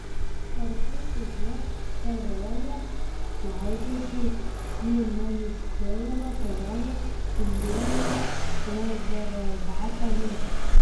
kartu su juo herojė leidžiasi į nenuspėjamą kelionę indėnų rezervato link